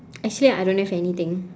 actually I don't have anything